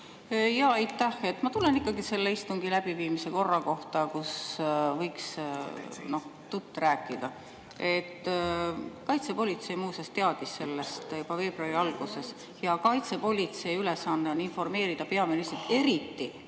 Jaa, aitäh! Ma tulen ikkagi selle istungi läbiviimise korra juurde. Siin võiks tõtt rääkida. Kaitsepolitsei muuseas teadis sellest juba veebruari alguses. Kaitsepolitsei ülesanne on informeerida peaministrit,